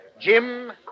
Jim